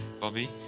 Bobby